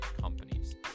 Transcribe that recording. companies